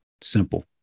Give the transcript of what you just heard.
simple